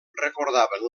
recordaven